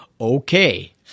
okay